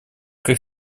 как